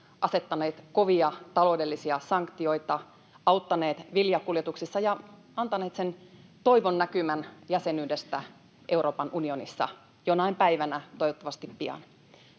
asettaneet kovia taloudellisia sanktioita, auttaneet viljakuljetuksissa ja antaneet sen toivon näkymän jäsenyydestä Euroopan unionissa jonain päivänä, toivottavasti pian.